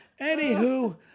anywho